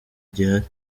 gihari